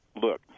look